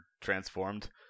transformed